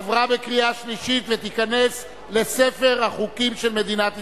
30) עברה בקריאה שלישית ותיכנס לספר החוקים של מדינת ישראל.